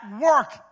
work